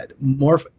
more